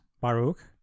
Baruch